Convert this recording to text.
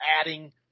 adding